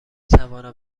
توانم